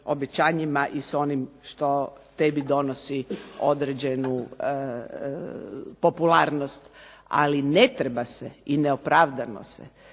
i s onim što tebi donosi određenu popularnost, ali ne treba se i neopravdano se